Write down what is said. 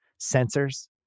sensors